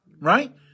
right